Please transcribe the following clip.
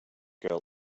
girl